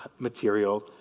material